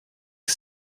que